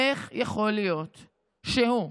איך יכול להיות שהוא,